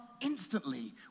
instantly